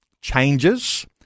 changes